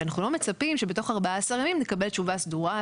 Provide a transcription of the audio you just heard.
שאנחנו לא מצפים שבתוך 14 לקבל תשובה סדורה,